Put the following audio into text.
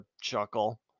chuckle